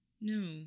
No